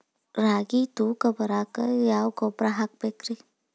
ರಾಗಿ ತೂಕ ಬರಕ್ಕ ಯಾವ ಗೊಬ್ಬರ ಹಾಕಬೇಕ್ರಿ?